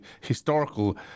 historical